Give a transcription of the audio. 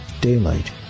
daylight